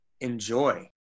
enjoy